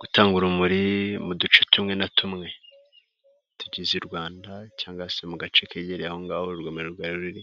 gutanga urumuri mu duce tumwe na tumwe tugize i rwanda cyangwa se mu gace kegereye aho ngaho urugomero rwa ruri.